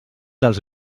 dels